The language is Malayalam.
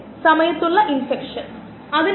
അവയെല്ലാം അന്നജത്തിന്റെ പോളിമറുകളാണ്